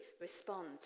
respond